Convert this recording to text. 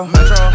Metro